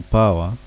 power